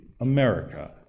America